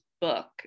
book